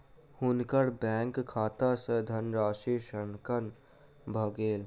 हुनकर बैंक खाता सॅ धनराशि ऋणांकन भ गेल